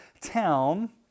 town